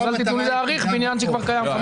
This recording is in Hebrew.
אז אל תתנו לי להאריך בניין שכבר קיים.